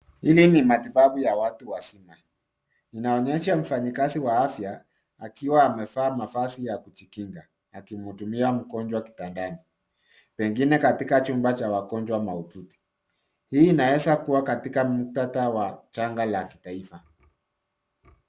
Hii ni matibabu ya watu wazima. Inaonyesha mfanyikazi wa afya akiwa amevaa mavazi ya kujikinga, akimhudumia mgonjwa kitandani .Pengine katika chumba cha wagonjwa mahututi. Hii inaweza kuwa katika muktadha wa janga la kitaifa.